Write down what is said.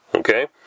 Okay